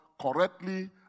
correctly